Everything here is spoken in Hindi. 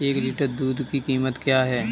एक लीटर दूध की कीमत क्या है?